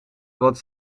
wat